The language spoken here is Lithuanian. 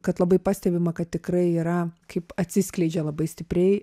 kad labai pastebima kad tikrai yra kaip atsiskleidžia labai stipriai